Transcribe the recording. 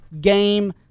game